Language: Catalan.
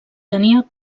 tenia